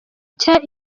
nshya